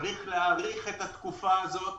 צריך להאריך את התקופה הזאת